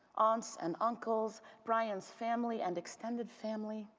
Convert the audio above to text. aunts and uncles, bryan s family and extended family,